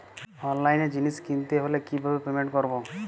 অনলাইনে জিনিস কিনতে হলে কিভাবে পেমেন্ট করবো?